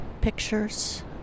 pictures